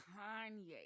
Kanye